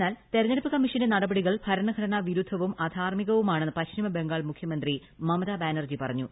എന്നാൽ തിരഞ്ഞെടുപ്പ് കമ്മീഷന്റെ നടപടികൾ ഭരണഘടന വിരുദ്ധവും അധാർമ്മികവുമാണെന്ന് പശ്ചിമബംഗാൾ മുഖ്യമന്ത്രി മമതാ ബാനർജി പറഞ്ഞു